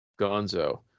gonzo